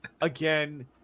again